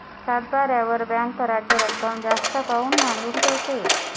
सातबाऱ्यावर बँक कराच रक्कम जास्त काऊन मांडून ठेवते?